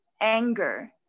anger